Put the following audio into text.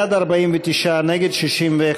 בעד, 49, נגד, 61,